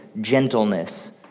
gentleness